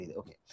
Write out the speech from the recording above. okay